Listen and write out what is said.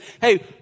hey